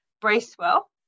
Bracewell